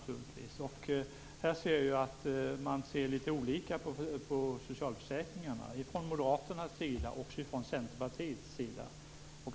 Här märker jag att man ser litet olika på socialförsäkringarna från Moderaternas och även från Centerpartiets sida.